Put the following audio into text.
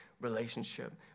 relationship